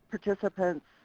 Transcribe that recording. participants